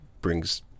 brings